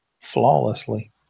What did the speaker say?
flawlessly